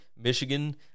Michigan